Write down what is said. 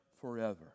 forever